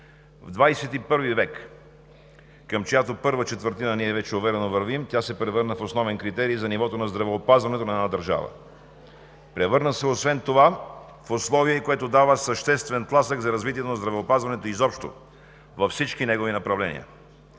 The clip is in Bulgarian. В XXI век, към чиято първа четвъртина ние вече уверено вървим, се превърна в основен критерий за нивото на здравеопазването на една държава. Превърна се освен това в условие, което дава съществен тласък за развитието на здравеопазването изобщо във всички негови направления.